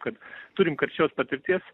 kad turim karčios patirties